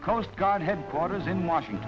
at coast guard headquarters in washington